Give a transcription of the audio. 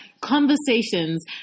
Conversations